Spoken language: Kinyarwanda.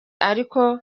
ariko